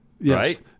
Right